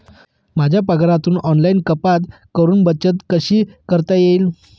माझ्या पगारातून ऑनलाइन कपात करुन बचत कशी करता येईल?